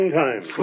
time